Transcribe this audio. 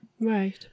Right